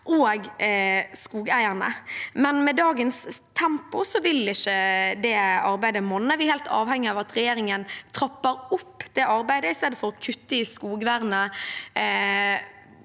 og skogeierne, men med dagens tempo vil ikke det arbeidet monne. Vi er helt avhengig av at regjeringen trapper opp det arbeidet i stedet for å kutte i skogvernet